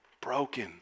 Broken